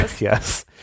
Yes